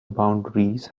boundaries